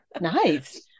Nice